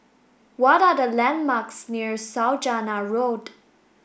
what are the landmarks near Saujana Road